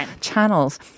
channels